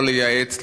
לא לייעץ,